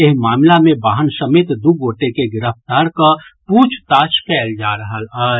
एहि मामिला मे वाहन समेत दू गोटे के गिरफ्तार कऽ पूछताछ कयल जा रहल अछि